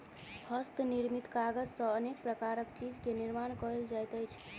हस्त निर्मित कागज सॅ अनेक प्रकारक चीज के निर्माण कयल जाइत अछि